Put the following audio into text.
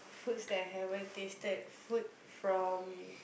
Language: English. food stay haven't tasted food from